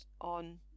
on